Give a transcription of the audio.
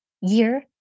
year